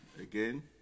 again